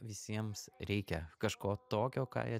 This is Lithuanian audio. visiems reikia kažko tokio ką jie